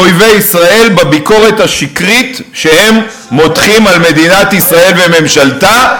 באויבי ישראל בביקורת השקרית שהם מותחים על מדינת ישראל וממשלתה.